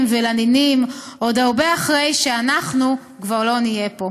ולנינים עוד הרבה אחרי שאנחנו כבר לא נהיה פה".